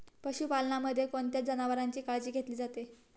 पशुपालनामध्ये कोणत्या जनावरांची काळजी घेतली जाते?